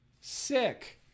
Sick